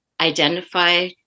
identify